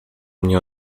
nie